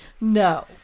No